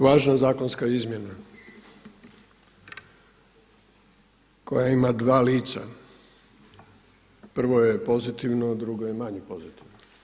Važna zakonska izmjena koja ima dva lica prvo je pozitivno, a drugo je manje pozitivno.